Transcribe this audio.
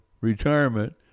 retirement